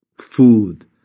food